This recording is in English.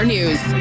News